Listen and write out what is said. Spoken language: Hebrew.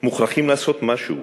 מוכרחים לעשות משהו,